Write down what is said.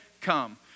come